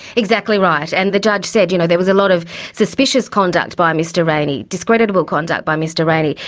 exactly right, and the judge said, you know, there was a lot of suspicious conduct by mr rayney, discreditable conduct by mr rayney,